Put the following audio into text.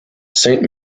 saint